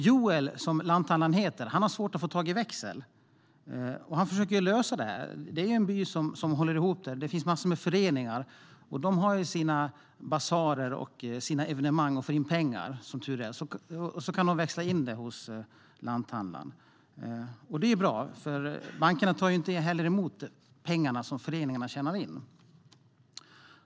Joel, som lanthandlaren heter, har svårt att få växel. Han försöker lösa det. Venjan är en by som håller ihop, och det finns massor av föreningar som har basarer och evenemang och får in pengar, som tur är, som de kan växla in hos lanthandlaren. Det är bra, för bankerna tar inte emot pengarna som föreningarna tjänar in.